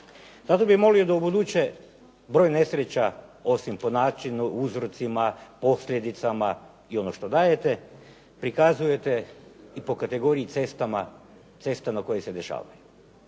Zato bih molio da ubuduće broj nesreća osim po načinu, uzrocima, posljedicama i ono što dajete prikazujete i po kategoriji cesta na kojima se dešavaju.